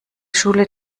schule